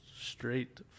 straight